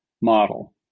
model